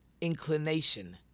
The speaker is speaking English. inclination